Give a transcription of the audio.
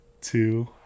two